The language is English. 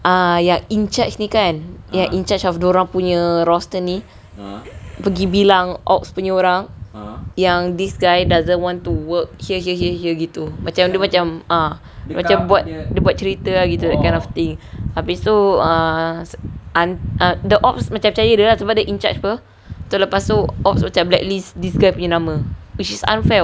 ah ya in charge ni kan yang in charge of dia orang punya roster ni pergi bilang ops punya orang yang this guy doesn't want to work here here here here gitu ah macam dia buat buat cerita ah gitu that kinda of thing ah the ops habis tu ah the ops macam percaya blacklist this guy punya nama which is unfair [what]